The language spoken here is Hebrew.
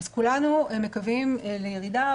אז כולנו מקווים לירידה,